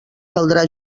caldrà